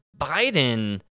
Biden